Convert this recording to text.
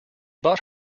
bought